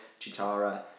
chitara